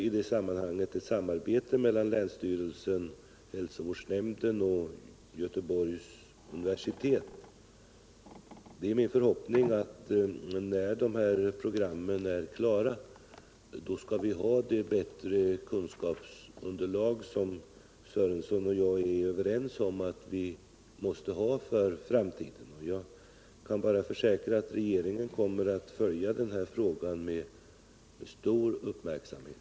I det sammanhanget äger ett samarbete rum mellan länsstyrelsen, hälsovårdsnämnden och Göteborgs universitet. Det är min förhoppning att vi när dessa program blir klara skall få det bättre kunskapsunderlag som Lars-Ingvar Sörenson och jag är överens om att vi måste ha för framtiden. Jag kan försäkra att regeringen kommer att följa frågan med stor uppmärksamhet.